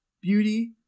Beauty